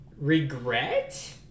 regret